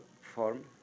form